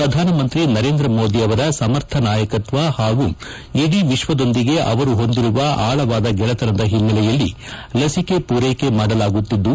ಪ್ರಧಾನಮಂತ್ರಿ ನರೇಂದ್ರ ಮೋದಿ ಅವರ ಸಮರ್ಥ ನಾಯಕತ್ವ ಹಾಗೂ ಇಡೀ ವಿಕ್ವದೊಂದಿಗೆ ಅವರು ಹೊಂದಿರುವ ಆಳವಾದ ಗೆಳೆತನದ ಹಿನ್ನೆಲೆಯಲ್ಲಿ ಲಸಿಕೆ ಪೂರೈಕೆ ಮಾಡಲಾಗುತ್ತಿದ್ದು